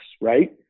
right